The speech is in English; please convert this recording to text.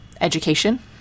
education